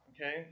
okay